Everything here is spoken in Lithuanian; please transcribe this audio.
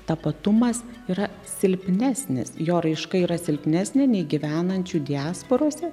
tapatumas yra silpnesnis jo raiška yra silpnesnė nei gyvenančių diasporose